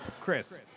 Chris